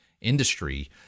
Industry